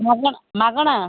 ମାଗଣା ମାଗଣା